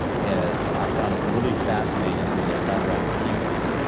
and ah i found it really fascinating when they were found around meeteetse,